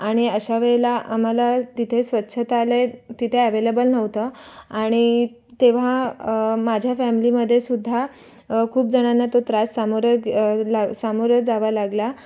आणि अशा वेळेला आम्हाला तिथे स्वच्छतालय तिथे अव्हेलेबल नव्हतं आणि तेव्हा माझ्या फॅमिलीमधेसुद्धा खूप जणांना तो त्रास सामोर सामोरा जावा लागला